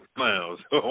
Smiles